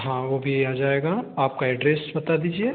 हाँ वह भी आ जाएगा आपका एड्रेस बता दीजिए